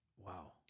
Wow